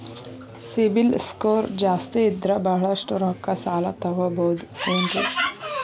CIBIL score ಜಾಸ್ತಿ ಇದ್ರ ಬಹಳಷ್ಟು ರೊಕ್ಕ ಸಾಲ ತಗೋಬಹುದು ಏನ್ರಿ?